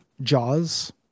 jaws